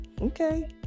Okay